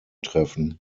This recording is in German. treffen